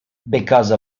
because